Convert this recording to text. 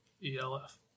E-L-F